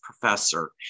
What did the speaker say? professor